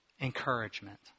Encouragement